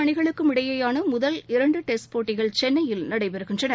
அணிகளுக்கும் இடையேயானமுதல் இரண்டுடெஸ்ட் போட்டிகள் சென்னையில் இரு நடைபெறுகின்றன